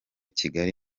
kigali